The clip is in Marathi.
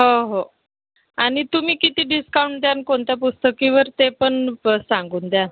हो हो आणि तुम्ही किती डिस्काउंट द्याल कोणत्या पुस्तकावर ते पण पं सांगून द्या